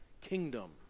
kingdom